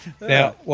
Now